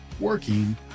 working